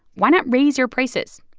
why not raise your prices?